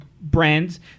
brands